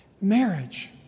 Marriage